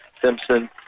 simpson